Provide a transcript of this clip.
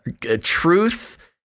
truth